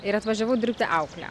ir atvažiavau dirbti aukle